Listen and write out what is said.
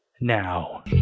now